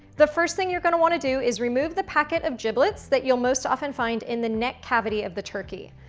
the first thing you're gonna wanna do is remove the packet of giblets that you'll most often find in the neck cavity of the turkey.